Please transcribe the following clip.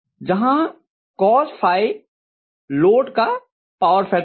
जहाँ cos load का power factor है